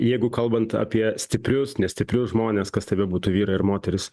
jeigu kalbant apie stiprius nestiprius žmones kas tai bebūtų vyrai ar moterys